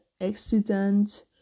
Accident